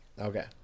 Okay